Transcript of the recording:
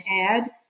add